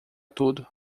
tudo